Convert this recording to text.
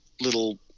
little